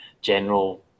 general